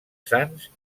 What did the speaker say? sants